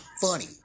funny